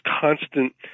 constant